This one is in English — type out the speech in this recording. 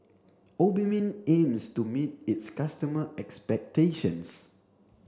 Obimin aims to meet its customer expectations